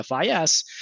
FIS